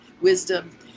wisdom